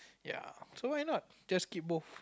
ya so why not just keep both